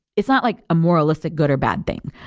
it's not like a moralistic good or bad thing.